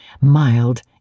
mild